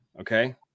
Okay